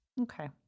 Okay